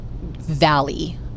valley